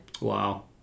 Wow